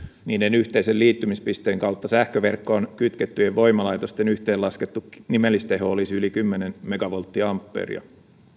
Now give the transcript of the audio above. niiden yhteisen liittymispisteen kautta sähköverkkoon kytkettyjen voimalaitosten yhteenlaskettu nimellisteho olisi yli kymmenen megavolttiampeeria